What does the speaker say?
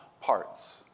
parts